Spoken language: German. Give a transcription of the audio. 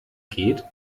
geht